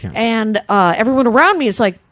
and ah, everyone around me is like,